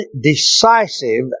decisive